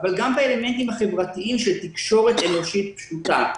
אבל גם באלמנטים החברתיים של תקשורת אנושית פשוטה.